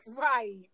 Right